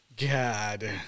God